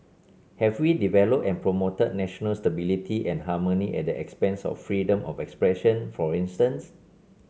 have we developed and promoted national stability and harmony at the expense of freedom of expression for instance